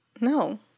No